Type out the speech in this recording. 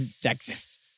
Texas